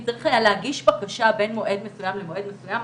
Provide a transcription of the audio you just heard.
אם צריך היה להגיש בקשה בין מועד מסוים עד מועד מסוים,